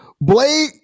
Blade